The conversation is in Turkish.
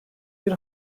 bir